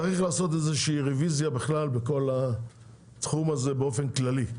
צריך לעשות איזושהי רוויזיה בכלל בכל התחום הזה באופן כללי,